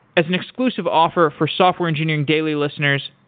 as an inclusive offer for software engineering daily listeners,